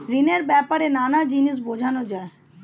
ঋণের ব্যাপারে নানা জিনিস বোঝানো যায়